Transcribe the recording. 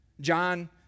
John